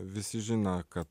visi žino kad